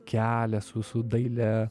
kelią su su daile